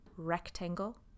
Rectangle